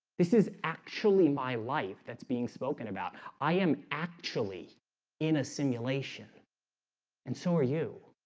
this is actually my life that's being spoken about i am actually in a simulation and so are you